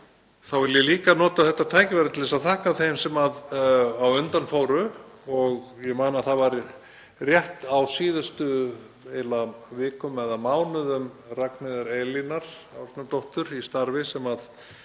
þá vil ég líka nota þetta tækifæri til að þakka þeim sem á undan fóru. Ég man að það var rétt á síðustu vikum eða mánuðum Ragnheiðar Elínar Árnadóttur í starfi sem